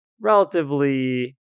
relatively